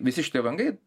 visi šitie langai